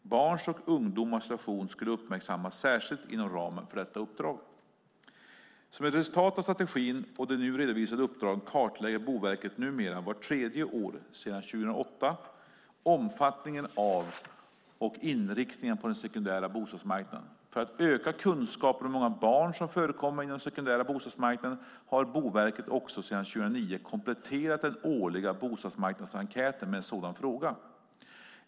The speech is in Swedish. Barns och ungdomars situation skulle uppmärksammas särskilt inom ramen för detta uppdrag. Som ett resultat av strategin och de nu redovisade uppdragen kartlägger Boverket numera vart tredje år, sedan 2008, omfattningen av och inriktningen på den sekundära bostadsmarknaden. För att öka kunskapen om hur många barn som förekommer inom den sekundära bostadsmarknaden har Boverket också sedan 2009 kompletterat den årliga bostadsmarknadsenkäten med en sådan fråga.